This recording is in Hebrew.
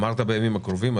אמרת בימים הקרובים,